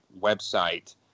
website